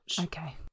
okay